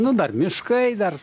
nu dar miškai dar